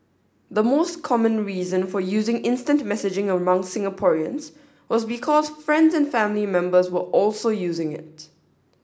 the most common reason for using instant messaging among Singaporeans was because friends and family members were also using it